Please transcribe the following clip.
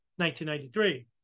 1993